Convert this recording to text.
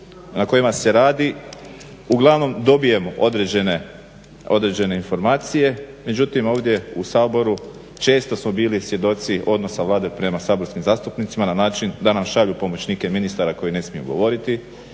na kojima se radi uglavnom dobijemo određene informacije, međutim ovdje u Saboru često smo bili svjedoci odnosa Vlade prema saborskim zastupnicima na način da nam šalju pomoćnike ministara koji ne smiju govoriti,